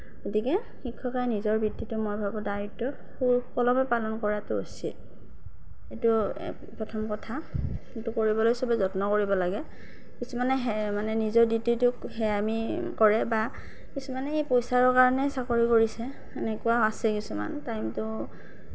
গতিকে শিক্ষকে নিজৰ বৃত্তিটো মই ভাবোঁ দায়িত্ব সুকলমে পালন কৰাটো উচিত এইটো প্ৰথম কথা এইটো কৰিবলৈ চবেই যত্ন কৰিব লাগে কিছুমানে হে মানে নিজৰ ডিউটিটোক হেয়ামী কৰে বা কিছুমানে পইচাৰ কাৰণে চাকৰি কৰিছে এনেকুৱাও আছে কিছুমান কিন্তু